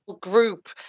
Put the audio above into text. group